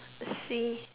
I see